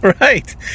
Right